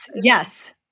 yes